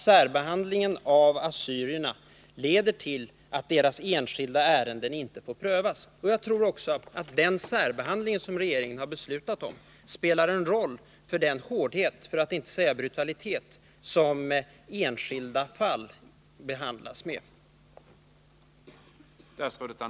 Särbehandlingen av assyrierna leder följaktligen till att deras enskilda ärenden inte prövas. Jag tror att den särbehandling som regeringen har beslutat om har bidragit till att enskilda fall behandlats med hårdhet, för att inte säga med brutalitet.